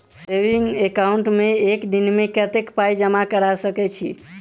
Saving account मे एक दिनमे कतेक पाई जमा कऽ सकैत छी?